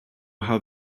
how